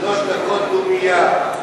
שלוש דקות דומייה.